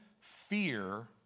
fear